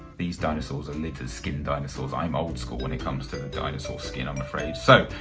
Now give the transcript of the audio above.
these dinosaurs are lizard skin dinosaurs i'm old school when it comes to dinosaur skin i'm afraid. so,